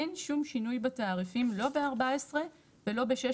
אין שום שינוי בתעריפים, לא ב-14 ולא ב-16.